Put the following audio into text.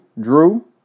drew